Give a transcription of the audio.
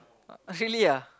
uh oh really ah